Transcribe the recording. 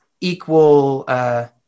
equal